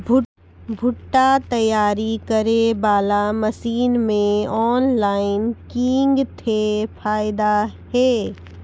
भुट्टा तैयारी करें बाला मसीन मे ऑनलाइन किंग थे फायदा हे?